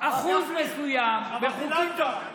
אחוז מסוים לחוקים, אבל דילגת.